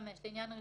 לגבי פרטי הזיהוי,